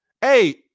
Hey